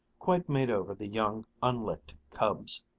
quite made over the young, unlicked cubs.